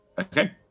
Okay